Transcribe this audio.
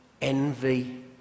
Envy